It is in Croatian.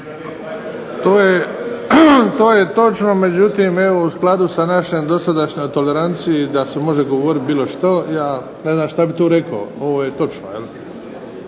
To je točno, međutim evo u skladu sa našoj dosadašnjoj toleranciji da se može govoriti bilo što ja ne znam šta bi tu rekao. Ovo je točno.